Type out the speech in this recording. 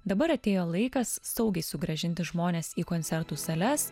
dabar atėjo laikas saugiai sugrąžinti žmones į koncertų sales